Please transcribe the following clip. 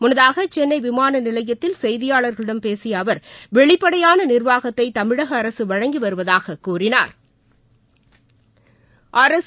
முன்னதாகசென்னைவிமானநிலையத்தில் செய்தியாளர்களிடம் பேசியஅவர் வெளிப்படையானநிா்வாகத்தைதமிழகஅரசுவழங்கிவருவதாகக் கூறினாா்